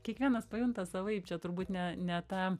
kiekvienas pajunta savaip čia turbūt ne ne ta